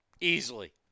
Easily